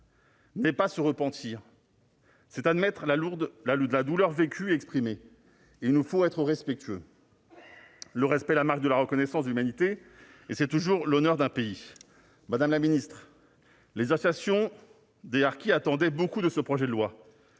n'est pas se repentir ; c'est admettre l'expression de la douleur vécue. Il nous faut être respectueux. Le respect est la marque à laquelle on reconnaît l'humanité et c'est toujours l'honneur d'un pays. Madame la ministre, les associations de harkis attendaient beaucoup de ce projet de loi,